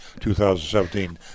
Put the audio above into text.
2017